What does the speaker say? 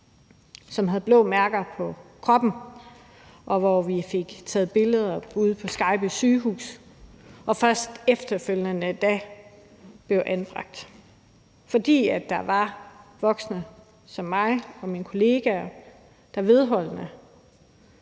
de havde blå mærker på kroppen, og vi fik taget billeder ude på Skejby Sygehus. De blev først efterfølgende anbragt, men de blev anbragt, fordi der var voksne som mig og mine kollegaer, der vedholdende